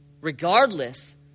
Regardless